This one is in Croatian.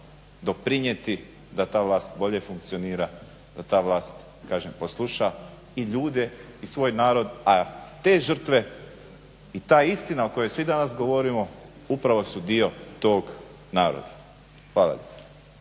doprinijeti da ta vlast bolje funkcionira, da ta vlast kažem posluša i ljude i svoj narod, a te žrtve i ta istina o kojoj svi danas govorimo upravo su dio tog naroda. Hvala.